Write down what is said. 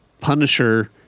Punisher